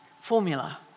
formula